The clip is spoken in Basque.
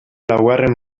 laugarren